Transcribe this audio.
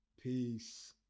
Peace